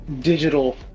digital